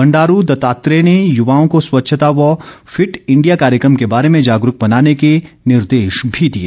बंडारू दत्तात्रेय ने युवाओं को स्वच्छता व फिट इंडिया कार्यक्रम के बारे में जागरूक बनाने के निर्देश भी दिए